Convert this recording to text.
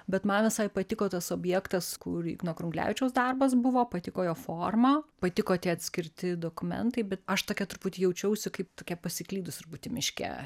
bet man visai patiko tas objektas kur igno krunglevičiaus darbas buvo patiko jo forma patiko tie atskirti dokumentai bet aš tokia truputį jaučiausi kaip tokia pasiklydusi truputį miške